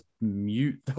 mute